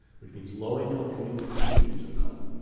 which means low income communities and communities of color.